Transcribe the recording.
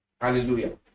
Hallelujah